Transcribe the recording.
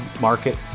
market